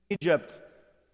Egypt